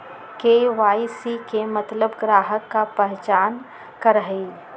KYC के मतलब ग्राहक का पहचान करहई?